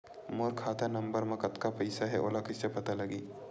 मोर खाता नंबर मा कतका पईसा हे ओला कइसे पता लगी?